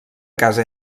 casa